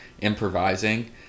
improvising